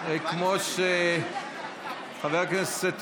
זה כמו שחבר הכנסת